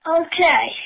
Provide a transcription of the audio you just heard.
Okay